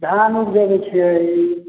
धान उबजाबै छिऐ